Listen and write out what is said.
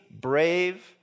brave